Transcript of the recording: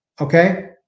okay